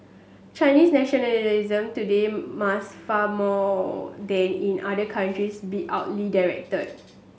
Chinese nationalism today must far more than in other countries be directed